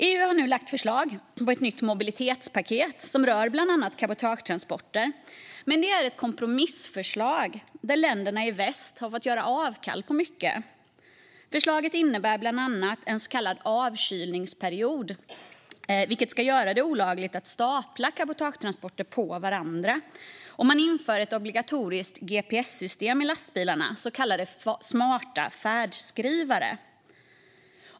EU har nu lagt förslag på ett nytt mobilitetspaket som rör bland annat cabotagetransporter, men det är ett kompromissförslag där länderna i väst har fått göra avkall på mycket. Förslaget innebär bland annat en så kallad avkylningsperiod, vilket ska göra det olagligt att stapla cabotagetransporter på varandra. Man inför även ett obligatoriskt gps-system i lastbilarna, så kallade smarta färdskrivare.